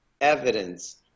evidence